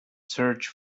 search